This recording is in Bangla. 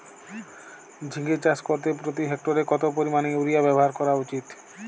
ঝিঙে চাষ করতে প্রতি হেক্টরে কত পরিমান ইউরিয়া ব্যবহার করা উচিৎ?